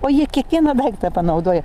o jie kiekvieną daiktą panaudoja